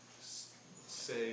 say